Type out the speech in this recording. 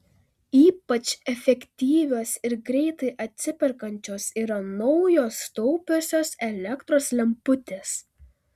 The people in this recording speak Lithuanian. ypač efektyvios ir greitai atsiperkančios yra naujos taupiosios elektros lemputės